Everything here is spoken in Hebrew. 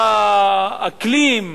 באקלים,